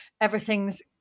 everything's